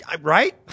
Right